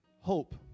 hope